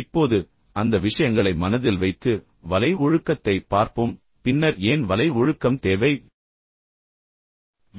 இப்போது அந்த விஷயங்களை மனதில் வைத்து வலை ஒழுக்கத்தை பார்ப்போம் பின்னர் ஏன் வலை ஒழுக்கம் தேவை பின்னர்